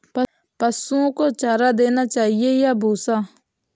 पशुओं को चारा देना चाहिए या भूसा?